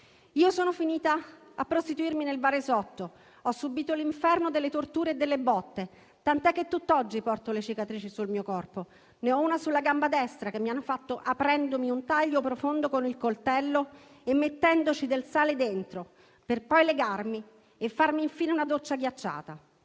Io sono finita a prostituirmi nel Varesotto. Ho subito l'inferno delle torture e delle botte, tant'è che tutt'oggi porto le cicatrici sul mio corpo: ne ho una sulla gamba destra che mi hanno fatto aprendomi un taglio profondo con il coltello e mettendoci del sale dentro, per poi legarmi e farmi infine una doccia ghiacciata.